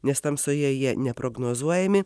nes tamsoje jie neprognozuojami